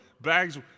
bags